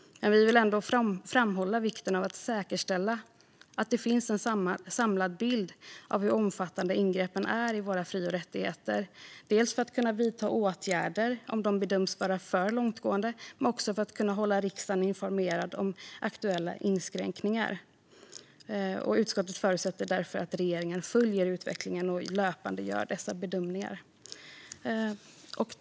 Men vi vill ändå framhålla vikten av att man säkerställer att det finns en samlad bild av hur omfattande ingreppen är i våra fri och rättigheter, dels för att kunna vidta åtgärder om dessa bedöms vara för långtgående, dels för att kunna hålla riksdagen informerad om aktuella inskränkningar. Utskottet förutsätter därför att regeringen följer utvecklingen och löpande gör dessa bedömningar.